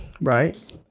right